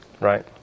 right